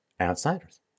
outsiders